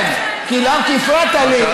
כן, כי הפרעת לי.